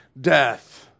death